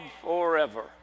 forever